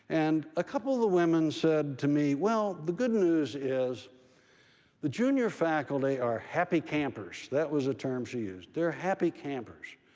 and a couple of the women said to me, well, the good news is the junior faculty are happy campers. that was a term she used. they're happy campers.